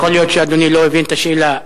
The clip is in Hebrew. יכול להיות שאדוני לא הבין את השאלה.